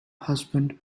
husband